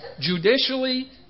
Judicially